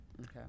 Okay